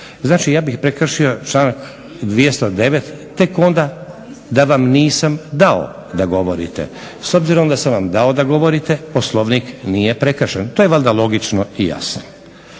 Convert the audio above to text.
Znači ja bih prekršio članak 209. tek onda da vam nisam dao da govorite. S obzirom da sam vam dao da govorite Poslovnik nije prekršen. To je valjda logično i jasno.